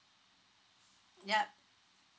yup